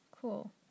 Cool